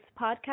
podcast